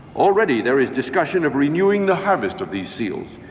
already there is discussion of renewing the harvest of these seals.